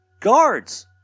Guards